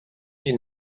you